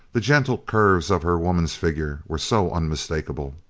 the gentle curves of her woman's figure were so unmistakable!